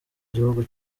gihugu